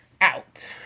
out